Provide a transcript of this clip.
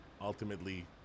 ultimately